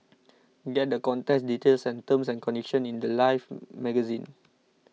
get the contest details and terms and conditions in the Life magazine